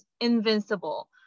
invincible